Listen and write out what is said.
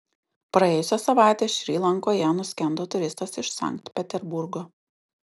praėjusią savaitę šri lankoje nuskendo turistas iš sankt peterburgo